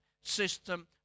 system